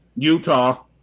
Utah